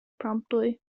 promptly